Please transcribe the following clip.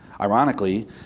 Ironically